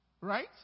Right